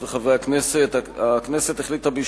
בעד, 30,